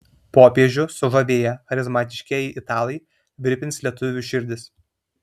popiežių sužavėję charizmatiškieji italai virpins lietuvių širdis